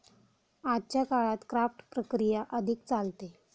आजच्या काळात क्राफ्ट प्रक्रिया अधिक चालते